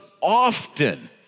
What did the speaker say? often